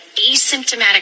asymptomatic